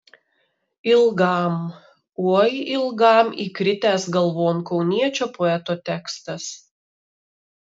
ilgam oi ilgam įkritęs galvon kauniečio poeto tekstas